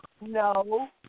no